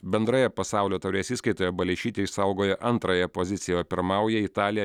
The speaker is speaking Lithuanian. bendroje pasaulio taurės įskaitoje baleišytė išsaugojo antrąją poziciją pirmauja italė